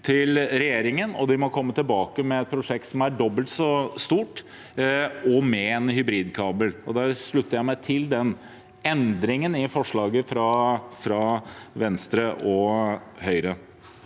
til regjeringen, og de må komme tilbake med et prosjekt som er dobbelt så stort, og med en hybridkabel. Der slutter jeg meg til den endringen i forslaget fra Venstre og Høyre.